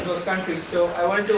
those countries so i like